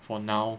for now